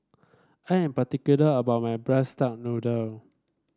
I am particular about my braise Duck Noodle